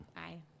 Aye